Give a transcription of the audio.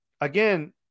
again